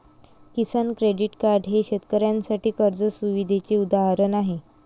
किसान credit card हे शेतकऱ्यांसाठी कर्ज सुविधेचे उदाहरण आहे